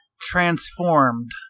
transformed